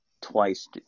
twice